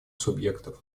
субъектов